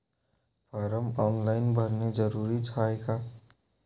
Form online भरने जरुरीचे हाय का?